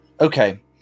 okay